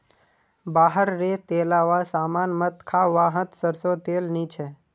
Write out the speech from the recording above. बाहर रे तेलावा सामान मत खा वाहत सरसों तेल नी छे